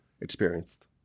experienced